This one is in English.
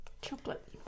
Chocolate